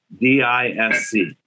D-I-S-C